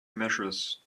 measures